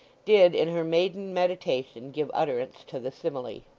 did, in her maiden meditation, give utterance to the simile.